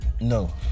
no